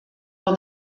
har